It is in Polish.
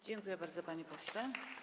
Dziękuję bardzo, panie pośle.